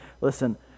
listen